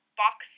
box